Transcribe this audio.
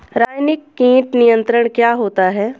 रसायनिक कीट नियंत्रण क्या होता है?